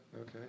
Okay